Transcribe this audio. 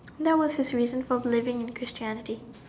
that was his reason for believing in Christianity